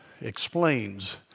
explains